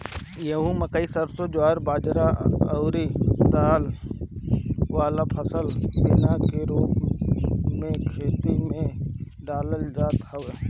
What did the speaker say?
गेंहू, मकई, सरसों, ज्वार बजरा अउरी दाल वाला फसल बिया के रूप में खेते में डालल जात हवे